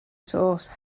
source